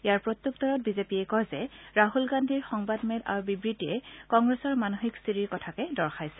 ইয়াৰ প্ৰত্যুত্তৰত বিজেপিয়ে কয় যে ৰাহুল গান্ধীৰ সংবাদমেল আৰু বিবৃতিয়ে কংগ্ৰেছৰ মানসিক স্থিতিৰ কথাকে দৰ্শাইছে